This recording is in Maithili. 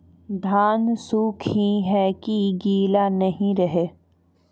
धान सुख ही है की गीला नहीं रहे?